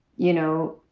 you know,